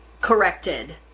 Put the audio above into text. corrected